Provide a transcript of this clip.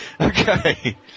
Okay